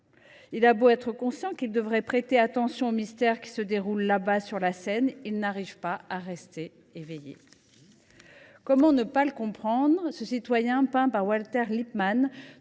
il a beau être conscient qu’il devrait prêter attention aux mystères qui se déroulent là bas sur la scène, il n’arrive pas à rester éveillé. » Comment ne pas le comprendre, ce citoyen peint par Walter Lippmann